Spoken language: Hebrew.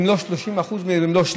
אם לא 30% ממנו,